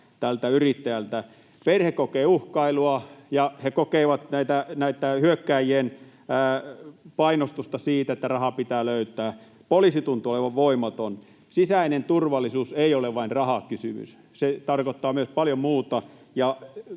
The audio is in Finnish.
tältä yrittäjältä rahaa. Perhe kokee uhkailua, ja he kokevat hyökkääjien painostusta, että rahaa pitää löytää. Poliisi tuntuu olevan voimaton. Sisäinen turvallisuus ei ole vain rahakysymys. Se tarkoittaa myös paljon muuta,